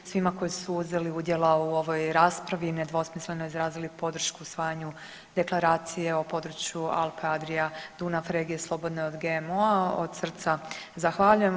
Svima koji su uzeli udjela u ovoj raspravi nedvosmisleno izrazili podršku usvajanju Deklaracije o području Alpe-Adrija-Dunav i slobodne od GMO-a od srca zahvaljujem.